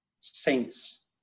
saints